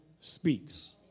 speaks